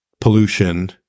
pollution